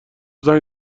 زنگ